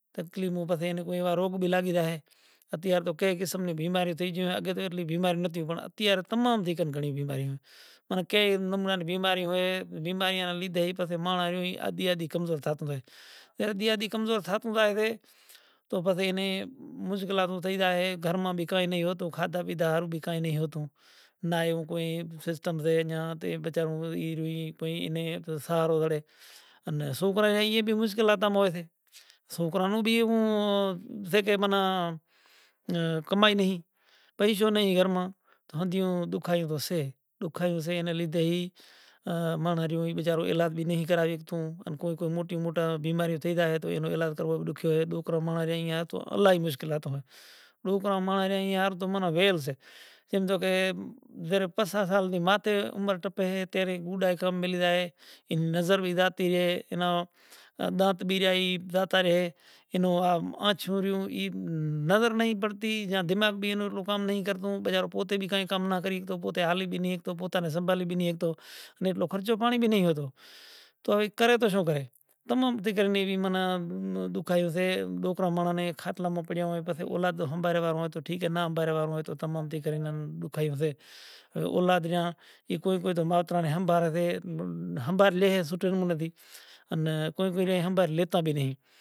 تو سپنے ماں جگاڑے اپسرایوں رمتیوں تھیوں تو پوہتا نیں خیال تھیو تیڑی زائے ان راجا ہریچند پوہتا کرسی متھے بیٹھا بیٹھا اپسرائیں ناچے ریوں زارے خوب ناچ گانو پورو تھیو تا رے راجا ہریچند نی کیدہو کہ جے مانگو تو ای ماں تماں نیں انعام ہالوں، تو وشوامنتر کیدہو کہ اماں نے تماری راجدھانی زوئے سے، تو راجا ہریچند نی کیدہو کہ راجدھانی تو اوس ہی تمیں آلے ناکھوں، پنڑ توں ناری سو زے ناری اینی راجدھانی نی حقدار نتھی، زے کدھے پرش ہوں تماں نیں اوس ئے آلے ناکھاں، تو ایتلاں میں وشوامنتر آلے آئے ٹھک تھیو کہے ای تو ناری سے پنڑ ہوں تو پرش سوں، تو راجا ہریچند نی کیدہو کہ گرودیو ای تماں نیں میں ڈان کریو تو پوہتے سپناں ماں تھی جاگرت تھیا پوہتاں نیں رانڑی ہتی تارا متی ای ناں زگاڑی، روہیداس پوہتاں نوں ڈیچرو ہتو ای ناں جاگرت کریو